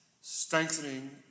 strengthening